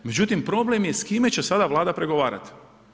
Međutim, problem je s kime će sada Vlada pregovarati?